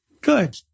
Good